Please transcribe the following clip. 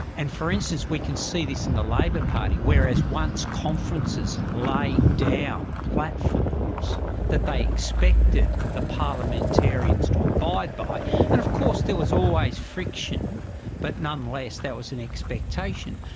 and for instance, we can see this in the labor party, whereas once conferences laid like down platforms that they expected the parliamentarians to abide by, and of course there was always friction but nonetheless that was an expectation.